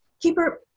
Keeper